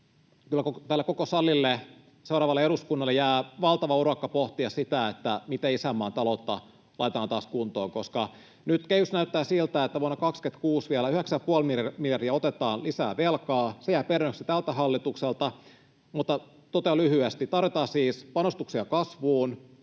tälle koko salille, seuraavalle eduskunnalle jää valtava urakka pohtia sitä, miten isänmaan taloutta laitetaan taas kuntoon, koska nyt kehys näyttää siltä, että vuonna 26 vielä yhdeksän ja puoli miljardia otetaan lisää velkaa — se jää perinnöksi tältä hallitukselta. Mutta totean lyhyesti: tarvitaan siis panostuksia kasvuun,